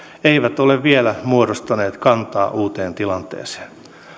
eivät ole vielä muodostaneet kantaa uuteen tilanteeseen